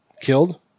killed